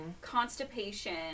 constipation